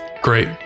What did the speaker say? Great